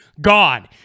gone